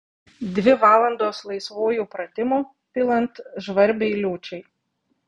dvi valandos laisvųjų pratimų pilant žvarbiai liūčiai